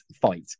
fight